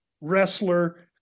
wrestler